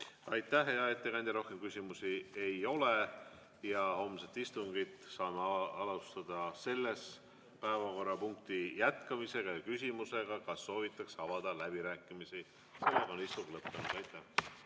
Aitäh, hea ettekandja! Rohkem küsimusi ei ole. Homset istungit saame alustada selle päevakorrapunkti jätkamisega ja küsimusega, kas soovitakse avada läbirääkimisi. Istung on lõppenud. Aitäh,